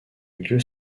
lieu